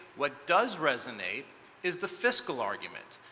what does resonate is the fiscal argument,